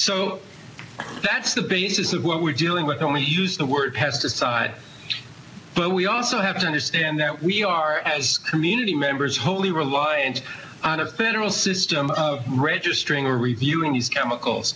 so that's the basis of what we're dealing with only use the word pesticide but we also have to understand that we are as community members wholly reliant on a federal system of registering reviewing these chemicals